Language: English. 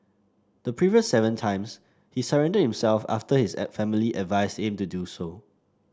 the previous seven times he surrendered himself after his family advised him to do so